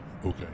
Okay